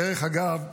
דרך אגב,